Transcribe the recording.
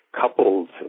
coupled